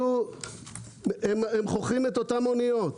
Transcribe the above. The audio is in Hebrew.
הם חוכרים את אותן אניות.